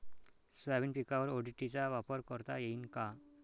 Soybean पिकावर ODT चा वापर करता येईन का?